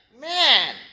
man